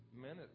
minute